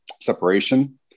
separation